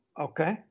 Okay